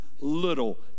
little